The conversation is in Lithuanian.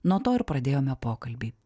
nuo to ir pradėjome pokalbį